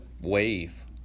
wave